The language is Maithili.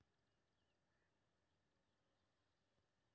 हम यदि अपन रुपया ककरो दोसर के खाता में भेजबाक लेल कि करै परत?